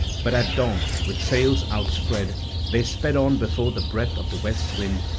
but at dawn with sails outspread they sped on before the breath of the west wind,